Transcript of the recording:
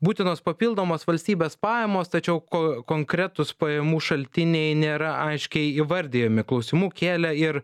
būtinos papildomos valstybės pajamos tačiau ko konkretūs pajamų šaltiniai nėra aiškiai įvardijami klausimų kėlė ir